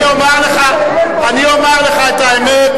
אני אומר לך את האמת,